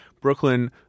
Brooklyn